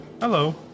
Hello